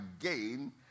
again